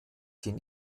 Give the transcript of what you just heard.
den